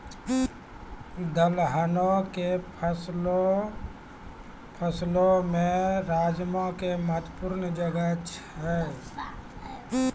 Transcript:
दलहनो के फसलो मे राजमा के महत्वपूर्ण जगह छै